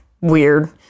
weird